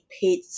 paid